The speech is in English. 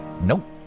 Nope